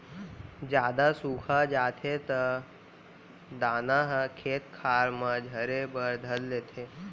जादा सुखा जाथे त दाना ह खेत खार म झरे बर धर लेथे